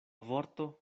vorto